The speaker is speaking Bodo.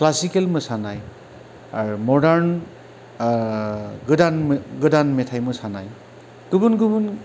क्लासिकेल मोसानाय आरो मडार्न गोदान गोदान मेथाइ मोसानाय गुबुन गुबुन